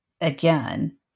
again